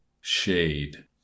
shade